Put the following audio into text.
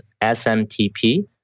SMTP